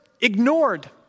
ignored